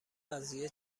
قضیه